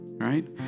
right